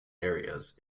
areas